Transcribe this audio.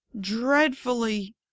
dreadfully